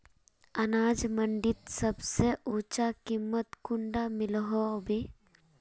अनाज मंडीत सबसे ऊँचा कीमत कुंडा मिलोहो होबे?